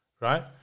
right